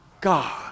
God